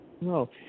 No